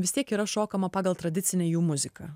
vis tiek yra šokama pagal tradicinę jų muziką